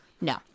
No